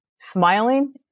smiling